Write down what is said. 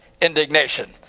indignation